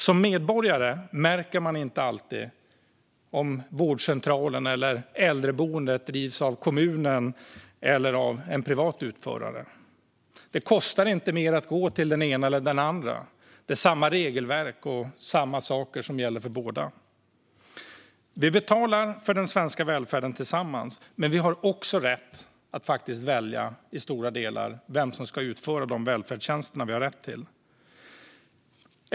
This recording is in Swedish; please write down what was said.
Som medborgare märker man inte alltid om vårdcentralen eller äldreboendet drivs av kommunen eller en privat utförare. Det kostar inte mer att gå till den ena eller den andra. Samma regelverk gäller för båda. Vi betalar för den svenska välfärden tillsammans, men vi har också rätt att i stora delar välja vem som ska utföra de välfärdstjänster som vi har rätt till.